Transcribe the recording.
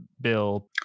bill